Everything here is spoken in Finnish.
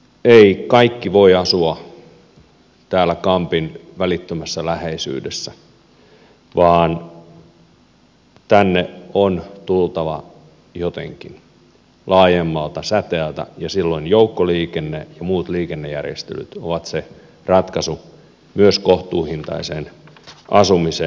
eivät kaikki voi asua täällä kampin välittömässä läheisyydessä vaan tänne on tultava jotenkin laajemmalta säteeltä ja silloin joukkoliikenne ja muut liikennejärjestelyt ovat se ratkaisu myös kohtuuhintaiseen asumiseen